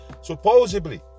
supposedly